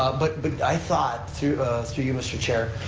ah but but i thought, through through you, mr. chair,